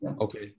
okay